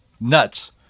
nuts